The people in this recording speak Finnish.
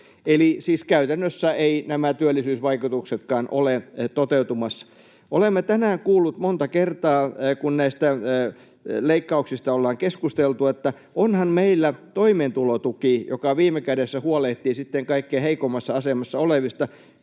siis käytännössä nämä työllisyysvaikutuksetkaan eivät ole toteutumassa. Olemme tänään kuulleet monta kertaa, kun näistä leikkauksista ollaan keskusteltu, että onhan meillä toimeentulotuki, joka viime kädessä huolehtii sitten kaikkein heikoimmassa asemassa olevista.